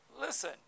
Listen